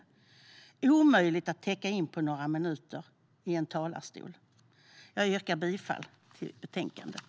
Det är omöjligt att täcka in allt på några minuter i en talarstol. Jag yrkar bifall till utskottets förslag i betänkandet.